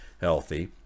healthy